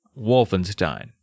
Wolfenstein